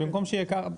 במקום שלא יהיה ברור.